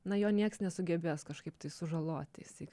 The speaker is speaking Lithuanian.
na jo nieks nesugebės kažkaip tai sužaloti jisai